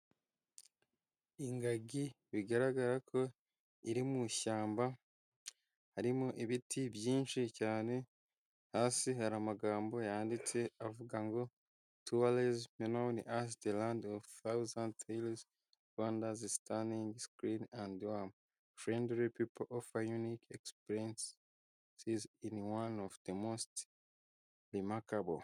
Ingagi bigaragara ko iri mu ishyamba harimo ibiti byinshi cyane hasi hari amagambo yanditse avuga ngo tourism known as the thousand hills, Rwandans stantanding cream and warm, friendly people offer unique expresses in one of the most the amicable.